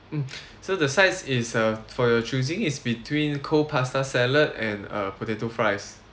mm so the sides is uh for your choosing is between cold pasta salad and uh potato fries